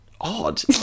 odd